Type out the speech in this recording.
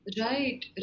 right